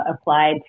applied